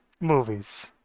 Movies